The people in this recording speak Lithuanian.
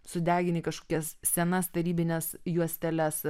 sudegini kažkokias senas tarybines juosteles